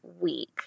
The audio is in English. week